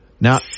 Now